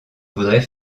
voudrais